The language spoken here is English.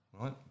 right